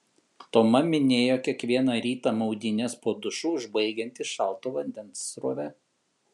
toma minėjo kiekvieną rytą maudynes po dušu užbaigianti šalto vandens srove